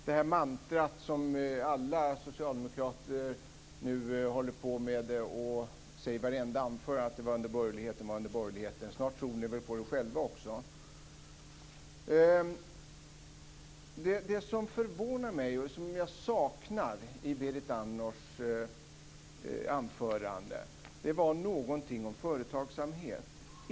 Det mantra som alla socialdemokrater nu upprepar i varje anförande, dvs. "det var under borgerligheten", tror ni väl själva på snart också. Det som förvånar mig är att det i Berit Andnors anförande saknas någonting om företagsamhet.